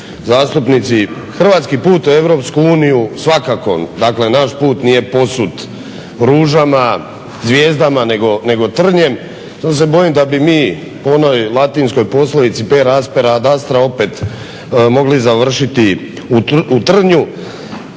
Europsku uniju, svakako, dakle naš put nije posut ružama, zvijezdama, nego trnjem. Samo se bojim da bi mi po onoj latinskoj poslovici per aspera ad astra opet mogli završiti u trnju.